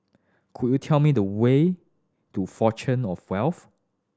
could you tell me the way to Fountain Of Wealth